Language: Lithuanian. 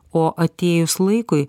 o atėjus laikui